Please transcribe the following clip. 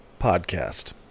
Podcast